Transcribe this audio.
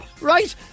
right